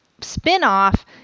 spin-off